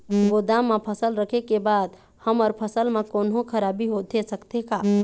गोदाम मा फसल रखें के बाद हमर फसल मा कोन्हों खराबी होथे सकथे का?